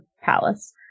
palace